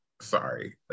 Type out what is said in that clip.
sorry